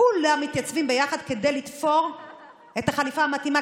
כולם מתייצבים ביחד כדי לתפור את החליפה המתאימה,